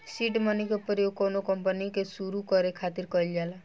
seed money के प्रयोग कौनो कंपनी के सुरु करे खातिर कईल जाला